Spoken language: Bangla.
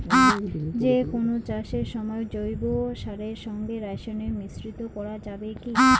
যে কোন চাষের সময় জৈব সারের সঙ্গে রাসায়নিক মিশ্রিত করা যাবে কি?